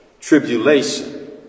tribulation